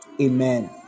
Amen